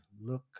look